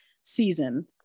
season